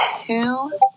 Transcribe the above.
two